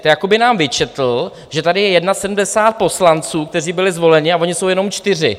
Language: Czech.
Jako by nám vyčetl, že tady je 71 poslanců, kteří byli zvoleni, a oni jsou jenom čtyři.